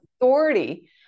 authority